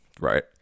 right